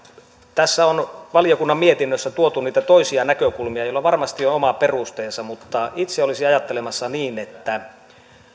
tässä on valiokunnan mietinnössä tuotu niitä toisia näkökulmia joilla varmasti on omat perusteensa mutta itse olisin ajattelemassa niin että